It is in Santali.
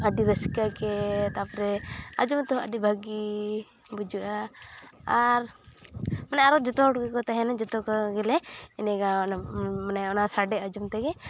ᱟᱹᱰᱤ ᱨᱟᱹᱥᱠᱟᱹᱜᱮ ᱛᱟᱯᱚᱨᱮ ᱟᱡᱚᱢᱛᱮ ᱦᱚᱸ ᱟᱹᱰᱤ ᱵᱷᱟᱹᱜᱤᱻ ᱵᱩᱡᱷᱟᱹᱜᱼᱟ ᱟᱨ ᱢᱟᱱᱮ ᱟᱨᱚ ᱡᱚᱛᱚᱦᱚᱲ ᱜᱮᱠᱚ ᱛᱮᱦᱮᱱᱟ ᱡᱚᱛᱚᱠᱚ ᱜᱮᱞᱮ ᱮᱱᱮᱡᱟ ᱢᱟᱱᱮ ᱚᱱᱟ ᱥᱟᱰᱮ ᱟᱸᱡᱚᱢ ᱛᱮᱜᱮ